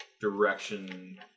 direction